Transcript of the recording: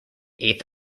eighth